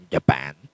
Japan